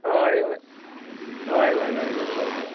हय व हय हय हय हय हय हय